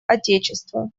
отечества